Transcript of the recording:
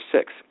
six